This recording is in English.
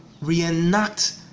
reenact